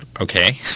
okay